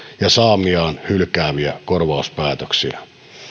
ja saamiaan hylkääviä korvauspäätöksiä